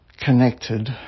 connected